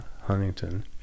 Huntington